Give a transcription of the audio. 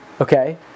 okay